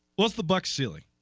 was the box ely